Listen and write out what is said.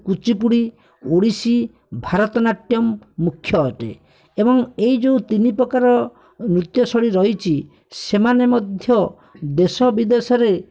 କୁଚିପୁଡ଼ି ଓଡ଼ିଶୀ ଭାରତନାଟ୍ୟମ୍ ମୁଖ୍ୟ ଅଟେ ଏବଂ ଏହି ଯେଉଁ ତିନି ପ୍ରକାର ନୃତ୍ୟଶୈଳୀ ରହିଛି ସେମାନେ ମଧ୍ୟ ଦେଶ ବିଦେଶରେ